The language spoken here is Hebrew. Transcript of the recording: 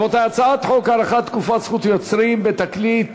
רבותי, הצעת חוק הארכת תקופת זכות יוצרים בתקליט